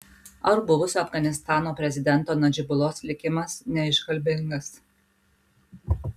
ar buvusio afganistano prezidento nadžibulos likimas neiškalbingas